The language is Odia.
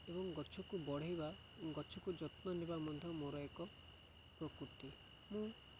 ଏବଂ ଗଛକୁ ବଢ଼େଇବା ଗଛକୁ ଯତ୍ନ ନେବା ମଧ୍ୟ ମୋର ଏକ ପ୍ରକୃତି ମୁଁ